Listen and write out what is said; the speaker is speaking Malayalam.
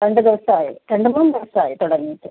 രണ്ട് ദിവസം ആയി രണ്ട് മൂന്ന് ദിവസം ആയി തുടങ്ങിയിട്ട്